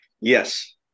Yes